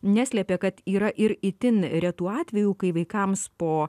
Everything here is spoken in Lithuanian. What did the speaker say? neslėpė kad yra ir itin retų atvejų kai vaikams po